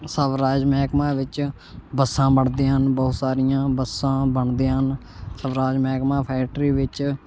ਸਵਰਾਜ ਮਹਿਕਮਾ ਵਿੱਚ ਬੱਸਾਂ ਬਣਦੀਆਂ ਹਨ ਬਹੁਤ ਸਾਰੀਆਂ ਬੱਸਾਂ ਬਣਦੀਆਂ ਹਨ ਸਵਰਾਜ ਮਹਿਕਮਾ ਫੈਕਟਰੀ ਵਿੱਚ